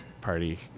Party